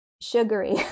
sugary